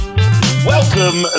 Welcome